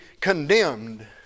condemned